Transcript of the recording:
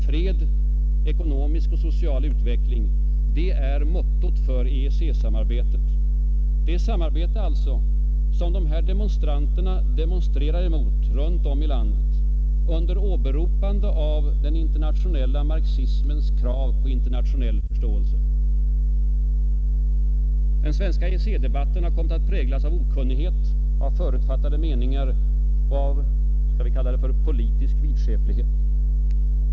Fred, ekonomisk och social utveckling är mottot för EEC-samarbetet, det samarbete som dessa demonstranter demonstrerar mot runt om i landet under åberopande av den internationella marxismens krav på internationell förståelse. Den svenska EEC-debatten har kommit att präglas av okunnighet, av förutfattade meningar och av, skall vi kalla det, politisk vidskepelse.